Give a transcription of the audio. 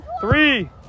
Three